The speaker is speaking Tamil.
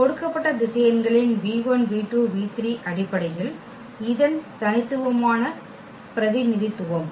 கொடுக்கப்பட்ட திசையன்களின் அடிப்படையில் இதன் தனித்துவமான பிரதிநிதித்துவம்